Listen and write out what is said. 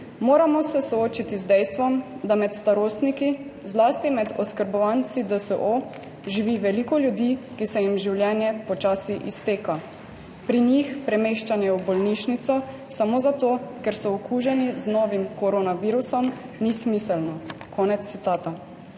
»Moramo se soočiti z dejstvom, da med starostniki, zlasti med oskrbovanci DSO, živi veliko ljudi, ki se jim življenje počasi izteka. Pri njih premeščanje v bolnišnico samo zato, ker so okuženi z novim koronavirusom, ni smiselno.« Konec citata.